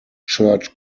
church